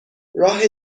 راه